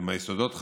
ואם היסודות חלשים,